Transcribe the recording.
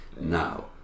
Now